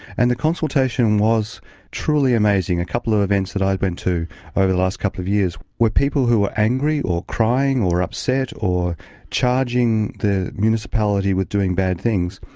and the consultation was truly amazing. a couple of events that i went to over the last couple of years were people who were angry or crying or upset or charging the municipality with doing bad things.